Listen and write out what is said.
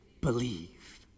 Believe